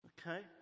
okay